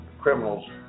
criminals